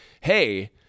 hey